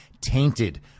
tainted